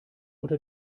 unter